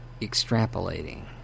extrapolating